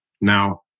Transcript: Now